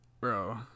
Bro